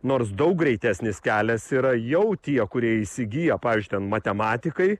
nors daug greitesnis kelias yra jau tie kurie įsigija pavyzdžiui ten matematikai